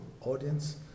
audience